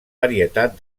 varietat